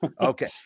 Okay